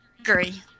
agree